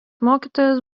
mokytojas